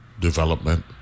development